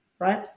right